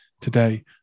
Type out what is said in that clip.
today